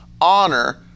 Honor